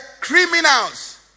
criminals